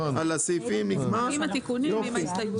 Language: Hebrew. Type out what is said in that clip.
איפה אופיר?